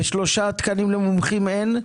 ושלושה תקנים למומחים אין.